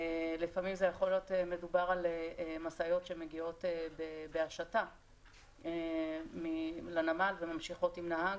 לפעמים יכול להיות מדובר על משאיות שמגיעות בהשטה לנמל וממשיכות עם נהג,